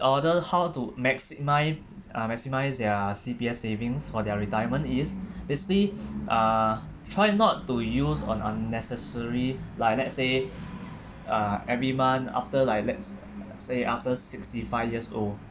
order how to maximise uh maximise their C_P_F savings for their retirement is basically uh try not to use on unnecessary like let's say uh every month after like let's say after sixty five years old